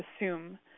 assume